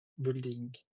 building